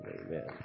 Amen